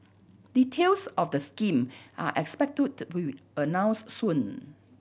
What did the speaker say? details of the scheme are expected to the announced soon